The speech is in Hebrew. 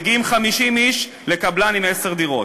מגיעים 50 איש לקבלן עם עשר דירות,